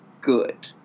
good